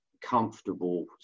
comfortable